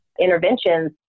interventions